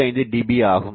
75 dB ஆகும்